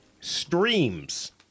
Streams